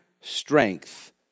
strength